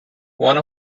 one